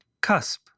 cusp